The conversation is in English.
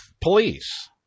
police